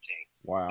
Wow